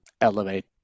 elevate